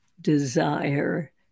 desire